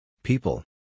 People